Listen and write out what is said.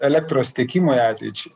elektros tiekimui ateičiai